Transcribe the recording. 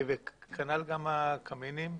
כנ"ל גם הקמינים.